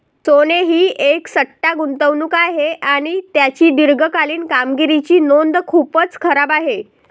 सोने ही एक सट्टा गुंतवणूक आहे आणि त्याची दीर्घकालीन कामगिरीची नोंद खूपच खराब आहे